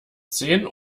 zehn